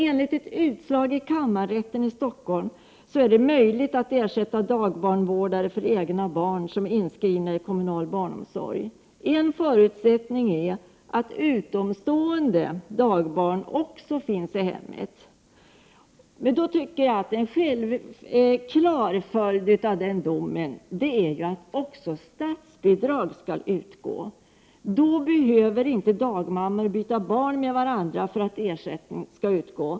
Enligt ett utslag i kammarrätten i Stockholm är det dock möjligt att ersätta dagbarnvårdare för vård av egna barn som är inskrivna i kommunal barnomsorg. En förutsättning är att utomstående dagbarn också finns i hemmet. Jag tycker att en självklar följd av den domen är att också statsbidrag skall utgå. Då behöver inte dagmammor byta barn med varandra för att ersättning skall utgå.